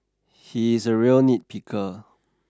he is a real nitpicker